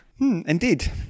Indeed